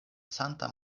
santa